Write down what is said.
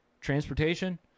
transportation